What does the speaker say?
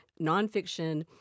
nonfiction